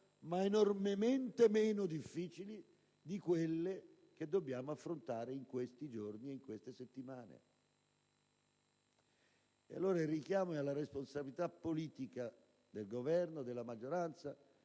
ma enormemente meno difficili di quelle che dobbiamo affrontare in questi giorni e in queste settimane. Da qui il richiamo alla responsabilità politica del Governo, della maggioranza